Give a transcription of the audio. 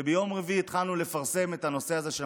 וביום רביעי התחלנו לפרסם את הנושא הזה של